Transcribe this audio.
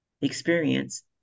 experience